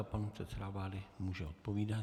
Pan předseda vlády může odpovídat.